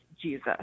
Jesus